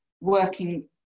working